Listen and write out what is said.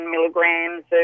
milligrams